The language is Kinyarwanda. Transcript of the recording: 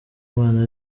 imana